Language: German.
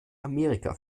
amerika